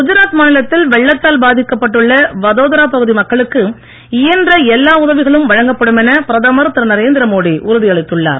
குஜராத் மாநிலத்தில் வெள்ளத்தால் பாதிக்கப்பட்டுள்ள வதோதரா பகுதி மக்களுக்கு இயன்ற எல்லா உதவிகளும் வழங்கப்படும் என பிரதமர் திரு நரேந்திர மோடி உறுதியளித்துள்ளார்